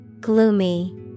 gloomy